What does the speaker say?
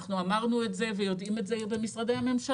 אנחנו אמרנו את זה ויודעים את זה במשרדי הממשלה.